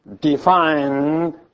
define